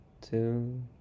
two